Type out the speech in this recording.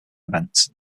events